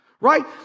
right